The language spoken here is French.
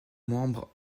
membres